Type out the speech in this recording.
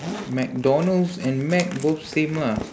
mcdonald's and mac both same ah